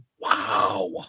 Wow